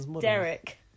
Derek